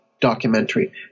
documentary